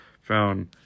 found